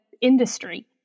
industry